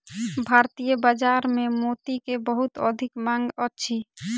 भारतीय बाजार में मोती के बहुत अधिक मांग अछि